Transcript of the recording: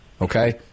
Okay